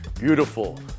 beautiful